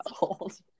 old